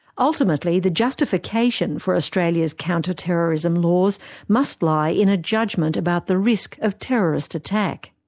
ultimately, the justification for australia's counter terrorism laws must lie in a judgment about the risk of terrorist attack.